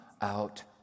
out